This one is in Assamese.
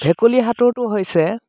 ভেকুলী সাঁতোৰটো হৈছে